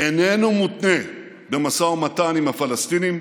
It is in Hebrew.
איננו מותנה במשא ומתן עם הפלסטינים,